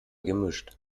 gemischt